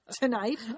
tonight